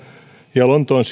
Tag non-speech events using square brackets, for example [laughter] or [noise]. ja lontoon [unintelligible]